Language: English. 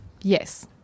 Yes